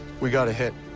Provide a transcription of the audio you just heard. we got a hit.